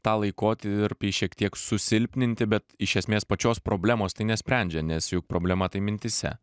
tą laikotarpį šiek tiek susilpninti bet iš esmės pačios problemos tai nesprendžia nes juk problema tai mintyse